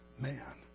man